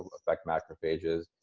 affect macrophages.